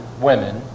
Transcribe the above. women